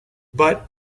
but